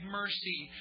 mercy